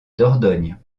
dordogne